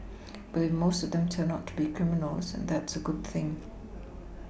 but if most of them turn out to be criminals that's a good thing